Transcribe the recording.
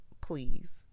please